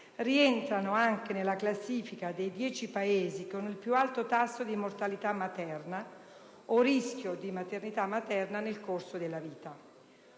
rientrano anche nella classifica dei dieci Paesi con il più alto tasso di mortalità materna o con più alto rischio di mortalità materna nel corso della vita.